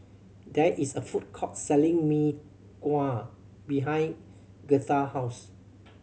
there is a food court selling Mee Kuah behind Girtha house